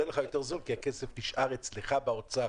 לך יותר זול כי הכסף נשאר אצלך באוצר.